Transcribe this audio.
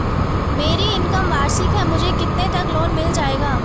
मेरी इनकम वार्षिक है मुझे कितने तक लोन मिल जाएगा?